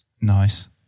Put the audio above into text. nice